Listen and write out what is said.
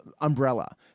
umbrella